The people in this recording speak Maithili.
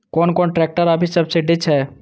कोन कोन ट्रेक्टर अभी सब्सीडी छै?